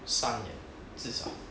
三年至少